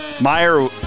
Meyer